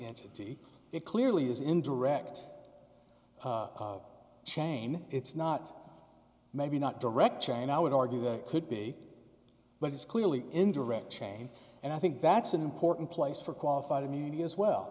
entity it clearly is in direct chain it's not maybe not direct chain i would argue that it could be but it's clearly indirect chain and i think that's an important place for qualified immunity as well